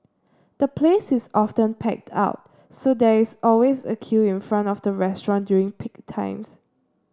the place is often packed out so there is always a queue in front of the restaurant during peak times